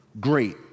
Great